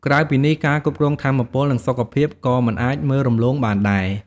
ក្រៅពីនេះ ការគ្រប់គ្រងថាមពល និងសុខភាព ក៏មិនអាចមើលរំលងបានដែរ។